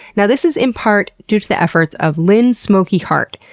now, this is in part due to the efforts of lynn smokey hart,